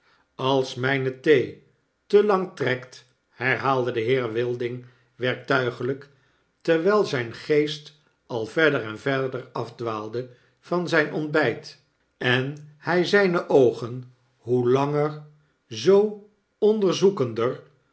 als mijne thee te lang trekt herhaalde de heer wilding werktuiglijk terwijl zyngeestal verder en verder afdwaalde van zyn ontbyt en hij zijne oogen hoe langer zoo onderzoekender